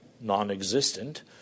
non-existent